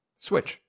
Switch